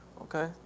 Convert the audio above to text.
Okay